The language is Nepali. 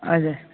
हजुर